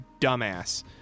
dumbass